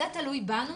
זה תלוי בנו